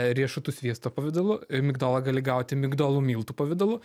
riešutų sviesto pavidalu migdolą gali gauti migdolų miltų pavidalu